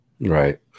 right